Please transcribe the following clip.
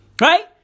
Right